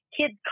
kids